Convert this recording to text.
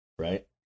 Right